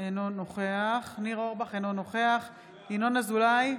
אינו נוכח ניר אורבך, אינו נוכח ינון אזולאי,